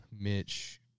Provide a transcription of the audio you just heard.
Mitch